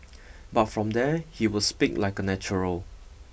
but from there he would speak like a natural